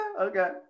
okay